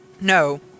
No